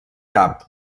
cap